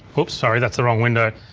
oops sorry that's the wrong window.